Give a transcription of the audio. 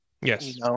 Yes